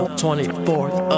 24th